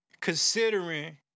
considering